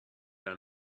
are